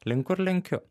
link kur lenkiu